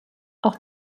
auch